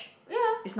ya